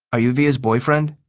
are you via's boyfriend?